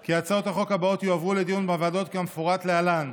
כי הצעות החוק הבאות יועברו לדיון בוועדות כמפורט להלן.